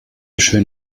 schön